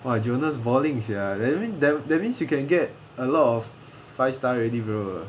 !wah! jonas bowling sia that means that that means you can get a lot of five star already bro